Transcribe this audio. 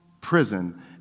prison